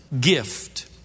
gift